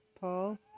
Paul